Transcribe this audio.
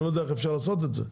אני לא יודע איך אפשר לעשות את זה,